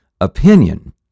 opinion